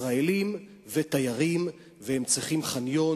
ישראלים ותיירים, והם צריכים חניון.